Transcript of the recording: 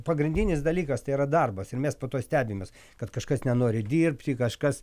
pagrindinis dalykas tai yra darbas ir mes po to stebimės kad kažkas nenori dirbti kažkas